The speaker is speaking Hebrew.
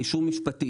על אישור משפטי,